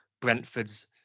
Brentford's